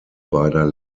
beider